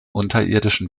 unterirdischen